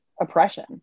oppression